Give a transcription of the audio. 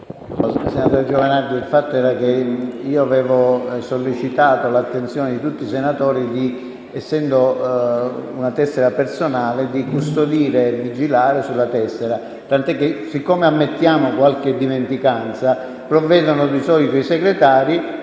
il fatto è che io avevo sollecitato l'attenzione di tutti i senatori, essendo una tessera personale, a custodirla e vigilarla. Poiché ammettiamo qualche dimenticanza, provvedono di solito i Segretari o i Questori,